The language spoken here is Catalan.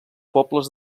pobles